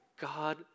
God